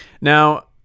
Now